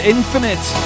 Infinite